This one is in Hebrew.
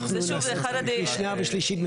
נלבן אותם לקראת הקריאה השנייה והשלישית.